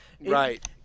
right